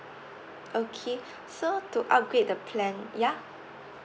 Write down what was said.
okay so to upgrade the plan ya